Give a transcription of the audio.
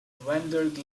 wandered